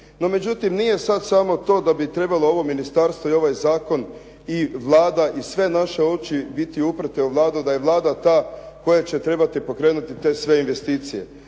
No međutim, nije sad samo to da bi trebalo ovo ministarstvo i ovaj zakon, Vlada i sve naše oči biti uprte u Vladu da je Vlada ta koja će trebati pokrenuti te sve investicije.